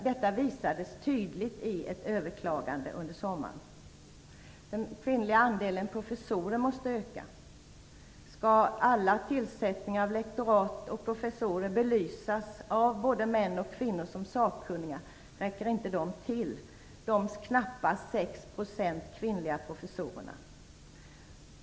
Detta visades tydligt vid ett överklagande under sommaren. Andelen kvinnliga professorer måste öka. Om alla tillsättningar av lektorat och professurer skall belysas av både män och kvinnor som sakkunniga räcker inte de knappa sex procenten kvinnliga professorer till.